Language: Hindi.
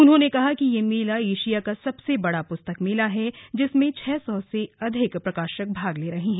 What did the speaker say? उन्होंने कहा कि यह मेला एशिया का सबसे बड़ा पुस्तक मेला है जिसमें छह सौ से अधिक प्रकाशक भाग ले रहे हैं